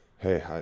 Hey